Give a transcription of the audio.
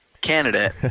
candidate